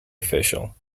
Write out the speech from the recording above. official